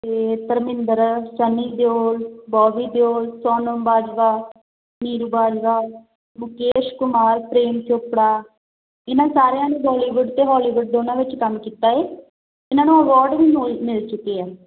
ਅਤੇ ਧਰਮਿੰਦਰ ਸਨੀ ਦਿਓਲ ਬੋਬੀ ਦਿਓਲ ਸੋਨਮ ਬਾਜਵਾ ਨੀਰੂ ਬਾਜਵਾ ਮੁਕੇਸ਼ ਕੁਮਾਰ ਪ੍ਰੇਮ ਚੋਪੜਾ ਇਹਨਾਂ ਸਾਰਿਆਂ ਨੇ ਬੋਲੀਵੁੱਡ ਅਤੇ ਹੋਲੀਵੁੱਡ ਦੋਨਾਂ ਵਿੱਚ ਕੰਮ ਕੀਤਾ ਹੈ ਇਹਨਾਂ ਨੂੰ ਅਵੋਡ ਵੀ ਮੁਲ ਮਿਲ ਚੁੱਕੇ ਹੈ